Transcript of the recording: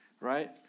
right